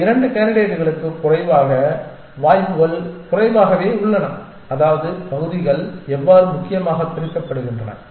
இந்த 2 கேண்டிடேட்களுக்கு குறைவான வாய்ப்புகள் குறைவாகவே உள்ளன அதாவது பகுதிகள் எவ்வாறு முக்கியமாக பிரிக்கப்படுகின்றன